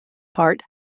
part